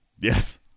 Yes